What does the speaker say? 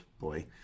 boy